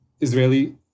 Israeli